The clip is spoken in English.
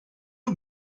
bad